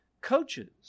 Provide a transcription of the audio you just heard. coaches